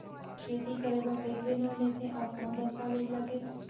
खेती करे बर कइसे लोन लेथे और कौन दस्तावेज लगेल?